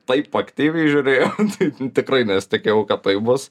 taip aktyviai žiūrėjo taip tikrai nesitikėjau kad bus